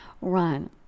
Run